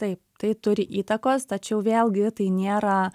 taip tai turi įtakos tačiau vėlgi tai nėra